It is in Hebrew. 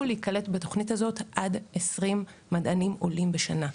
להיקלט בתוכנית הזאת עד 20 מדענים עולים בשנה,